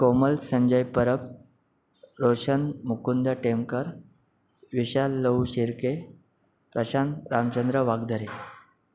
Komal Sanjay Parab Roshan Mukund Temkar Vishal Lahu Shirke Prashant Ramchandra Wagdare